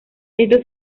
esto